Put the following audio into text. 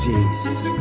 Jesus